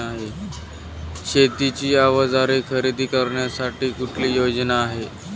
शेतीची अवजारे खरेदी करण्यासाठी कुठली योजना आहे?